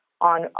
on